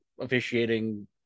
officiating